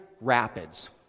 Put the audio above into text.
rapids